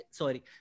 sorry